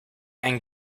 and